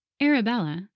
Arabella